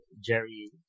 Jerry